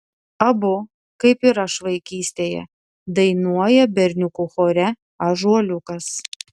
abu kaip ir aš vaikystėje dainuoja berniukų chore ąžuoliukas